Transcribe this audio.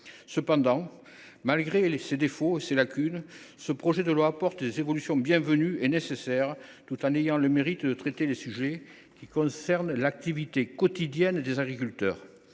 Cependant, malgré ses défauts et ses lacunes, ce projet de loi apporte des évolutions bienvenues et nécessaires, tout en ayant le mérite de traiter de sujets qui concernent l’activité quotidienne des agriculteurs.